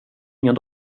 ingen